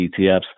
ETFs